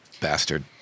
bastard